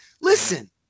Listen